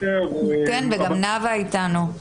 וגם נאוה איתנו.